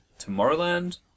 Tomorrowland